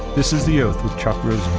this is the oath with chuck